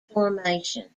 formation